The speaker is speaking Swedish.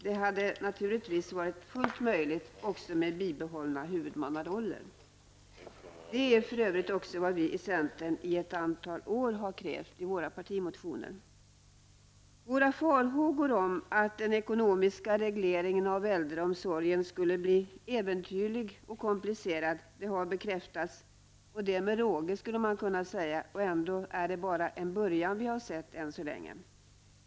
Det hade givetvis varit fullt möjligt också med bebehållna huvudmannaroller. Det är för övrigt också vad vi i centern i ett antal år krävt i våra partimotioner. Våra farhågor om att den ekonomiska regleringen av äldreomsorgen skulle bli äventyrlig och komplicerad har bekräftats -- och det med råge. Ändå är det bara en början vi har sett än så länge.